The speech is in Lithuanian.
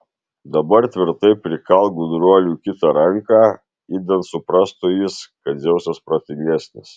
dabar tvirtai prikalk gudruoliui kitą ranką idant suprastų jis kad dzeusas protingesnis